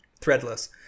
Threadless